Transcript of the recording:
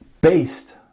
based